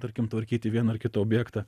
tarkim tvarkyti vieną ar kitą objektą